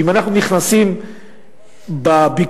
אם אנחנו נכנסים לביקורים,